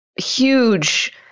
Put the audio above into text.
huge